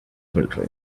filter